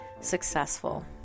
successful